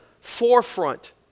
forefront